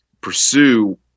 pursue